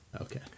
Okay